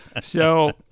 So-